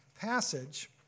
passage